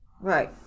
right